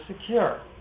secure